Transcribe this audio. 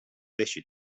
deixi